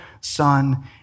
Son